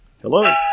Hello